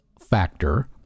factor